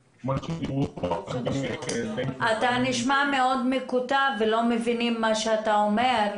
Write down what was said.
אתה נשמע מאוד מקוטע ולא מבינים את מה שאתה אומר.